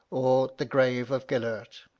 or the grave of gelert.